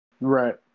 Right